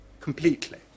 completely